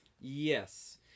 Yes